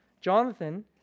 Jonathan